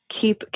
keep